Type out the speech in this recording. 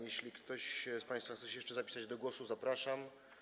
Jeśli ktoś z państwa chce się jeszcze zapisać do głosu, zapraszam.